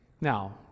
Now